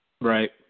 Right